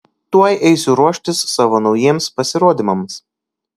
tuoj eisiu ruoštis savo naujiems pasirodymams